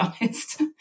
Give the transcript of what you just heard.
honest